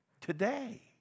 today